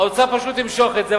האוצר פשוט ימשוך את זה,